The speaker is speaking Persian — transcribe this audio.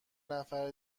نفر